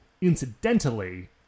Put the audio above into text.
incidentally